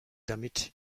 damit